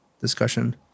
discussion